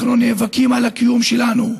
אנחנו נאבקים על הקיום שלנו.